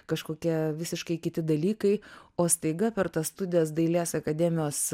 kažkokie visiškai kiti dalykai o staiga per tas studijas dailės akademijos